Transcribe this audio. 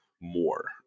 more